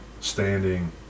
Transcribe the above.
standing